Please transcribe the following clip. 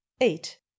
eight